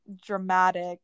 dramatic